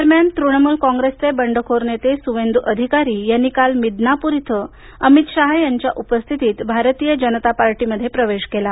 दरम्यान तृणमूल काँग्रेसचे बंडखोर नेता सुवेंद्र अधिकारी यांनी काल मिदनापूर इथं अमित शाह यांच्या उपस्थितीत भारतीय जनता पार्टीमध्ये प्रवेश केला